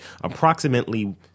approximately